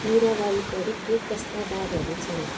मेरा वरिपरि के कस्ता बारहरू छन्